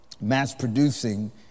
mass-producing